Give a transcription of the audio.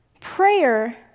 prayer